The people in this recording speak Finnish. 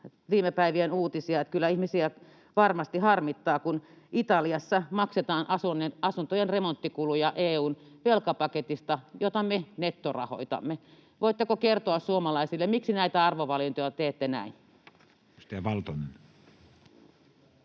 viime päivien uutisia, että kyllä ihmisiä varmasti harmittaa, kun Italiassa maksetaan asuntojen remonttikuluja EU:n velkapaketista, jota me nettorahoitamme. Voitteko kertoa suomalaisille, miksi näitä arvovalintoja teette näin?